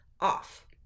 off